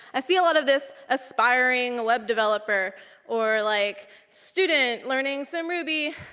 i see a lot of this aspiring web developer or like student learning some ruby,